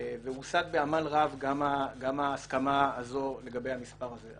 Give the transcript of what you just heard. ומושג בעמל רב, גם ההסכמה הזו לגבי המספר הזה.